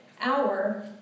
hour